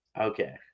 okay